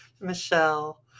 Michelle